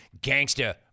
gangster